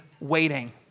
waiting